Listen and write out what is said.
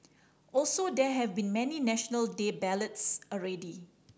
also there have been many National Day ballads already